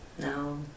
no